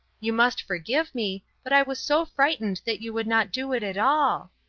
you must forgive me, but i was so frightened that you would not do it at all.